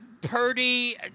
Purdy